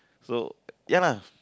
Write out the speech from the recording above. so ya lah